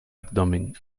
abdomen